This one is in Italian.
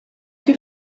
che